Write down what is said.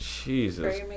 Jesus